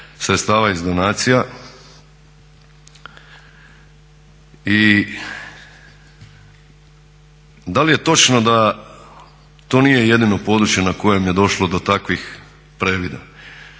sredstava iz donacija i da li je točno da to nije jedino područje na kojem je došlo do takvih previda.